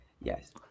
Yes